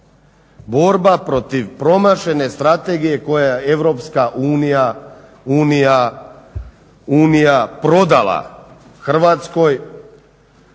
borba protiv promašene strategije koja EU prodala Hrvatskoj,